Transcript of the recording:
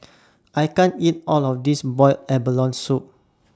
I can't eat All of This boiled abalone Soup